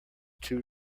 too